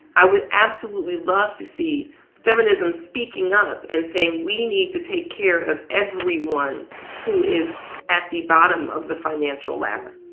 i would absolutely love to see feminism speaking up and saying we need to take care of everyone who is at the bottom of the financial ladder